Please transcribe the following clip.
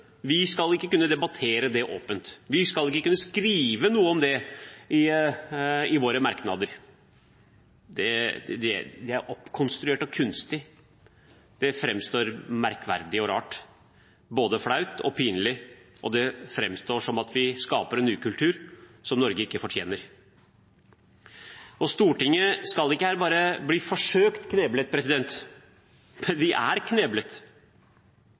Vi skal ikke kunne bruke det åpent, vi skal ikke kunne debattere det åpent, vi skal ikke kunne skrive noe om det i våre merknader. Det er oppkonstruert og kunstig. Det framstår merkverdig og rart, både flaut og pinlig, og det framstår som om vi skaper en ukultur som Norge ikke fortjener. Stortinget er ikke her bare forsøkt kneblet, vi er kneblet.